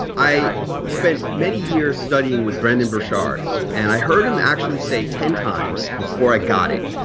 i spent many years studying with brendon burchard and i heard him actually say ten times before i got it,